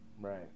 right